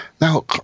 Now